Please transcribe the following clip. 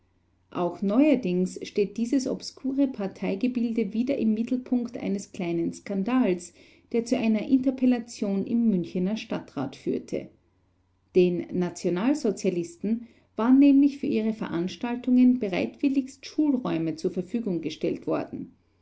auch neuerdings steht dieses obskure parteigebilde wieder im mittelpunkt eines kleinen skandals der zu einer interpellation im münchener stadtrat führte den nationalsozialisten waren nämlich für ihre veranstaltungen bereitwilligst schulräume zur verfügung gestellt worden